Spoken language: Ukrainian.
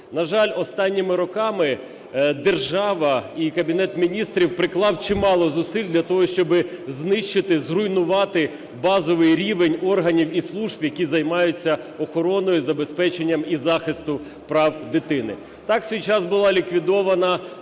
На жаль, останніми роками держава і Кабінет Міністрів приклав чимало зусиль для того, щоби знищити, зруйнувати базовий рівень органів і служб, які займаються охороною, забезпеченням і захистом прав дитини. Так, у свій час була ліквідована,